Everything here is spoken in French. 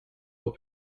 aux